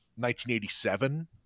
1987